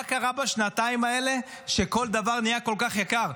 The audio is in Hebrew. מה קרה בשנתיים האלה שכל דבר נהיה כל כך יקר?